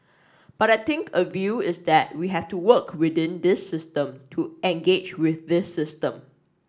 but I think a view is that we have to work within this system to engage with this system